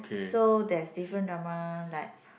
so there's different drama like